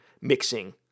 mixing